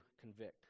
convict